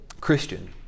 Christian